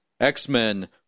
X-Men